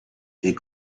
est